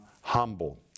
humble